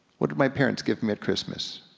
what did my parents give me at christmas?